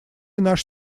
наш